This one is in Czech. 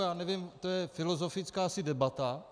já nevím, to je filozofická asi debata.